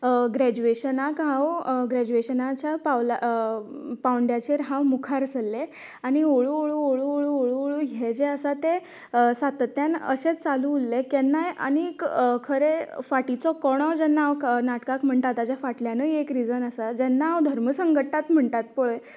ग्रेज्युएशनाक हांव ग्रेज्युएशनांच्या पावला पावंड्याचेर हांव मुखार सरलें आनी हळू हळू हळू हळू हे जे आसा ते सातत्यान अशेंच चालू उरलें केन्नाय आनीक खरें फाटीचो कणो जेन्ना हांव नाटकाक म्हणटा ताज्या फाटल्यानय एक रिझन आसा जेन्ना हांव धर्मसंकटांत म्हणटात पळय तशें जेन्ना